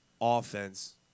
offense